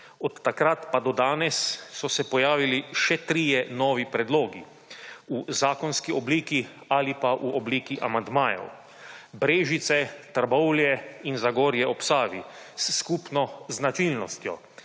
Od takrat pa do danes so se pojavili še trije novi predlogi v zakonski obliki ali pa v obliki amandmajev (Brežice, Trbovlje in Zagorje ob Savi) s skupno značilnostjo